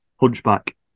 Hunchback